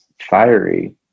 fiery